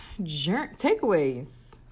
takeaways